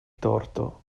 torto